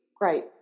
Great